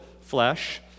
flesh